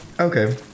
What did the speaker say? Okay